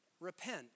repent